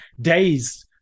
Days